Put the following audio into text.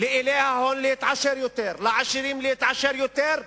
לאילי ההון להתעשר יותר, לעשירים להתעשר יותר,